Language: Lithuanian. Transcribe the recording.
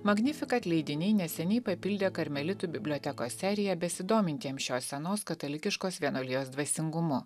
magnifikat leidiniai neseniai papildė karmelitų bibliotekos seriją besidomintiems šios senos katalikiškos vienuolijos dvasingumu